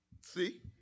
See